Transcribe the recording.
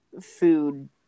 food